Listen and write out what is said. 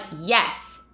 yes